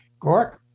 Gork